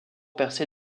percé